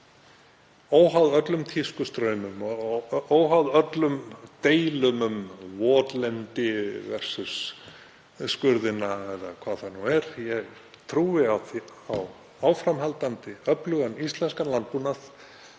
óháð öllum tískustraumum og óháð öllum deilum um votlendi versus skurði eða hvað það nú er. Ég trúi á áframhaldandi öflugan íslenskan landbúnað